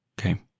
Okay